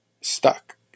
stuck